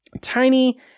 tiny